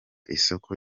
isoko